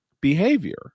behavior